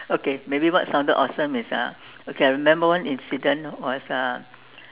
okay maybe what sounded awesome is uh okay I remembered one incident was uh